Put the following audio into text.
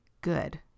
good